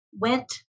went